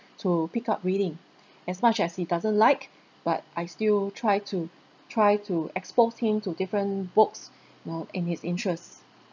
to pick up reading as much as he doesn't like but I still try to try to expose him to different books well in his interest